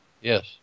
Yes